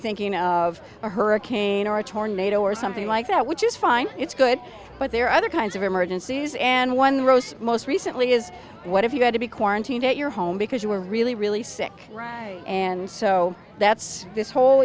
thinking of a hurricane or a tornado or something like that which is fine it's good but there are other kinds of emergencies and one rose most recently is what if you had to be quarantined at your home because you were really really sick and so that's this whole